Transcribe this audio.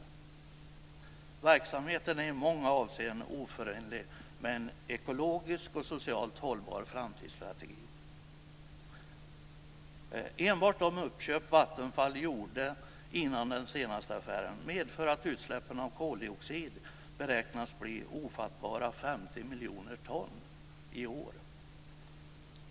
Verksamheten är i många avseenden oförenlig med en ekologisk och socialt hållbar framtidsstrategi. Enbart de uppköp som Vattenfall gjorde före den senaste affären medför att utsläppen av koldioxid beräknas bli ofattbara 50 miljoner ton i år.